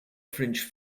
fringe